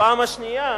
הפעם השנייה,